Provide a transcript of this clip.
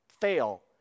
fail